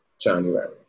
January